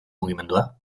mugimendua